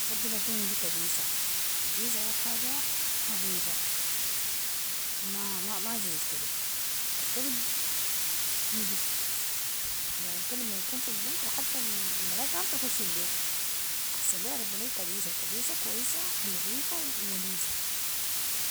بفضل أكون عندي كديسة، كديسة أول حاجة نضيفة، ما زي الكلب، الكلب نجس الكلب لما يكون في البيت حتى الملايكة ما بتحش في البيت. احسن لي اربي لي كديسة الكديسة، كويسة و نضيفة و ولوفة.